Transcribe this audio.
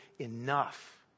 enough